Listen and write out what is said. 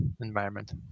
environment